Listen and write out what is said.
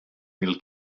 mil